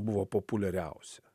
buvo populiariausi